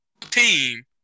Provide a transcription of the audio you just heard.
team